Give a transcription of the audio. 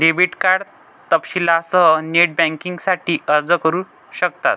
debit card तपशीलांसह net बँकिंगसाठी अर्ज करू शकतात